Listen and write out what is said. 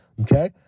Okay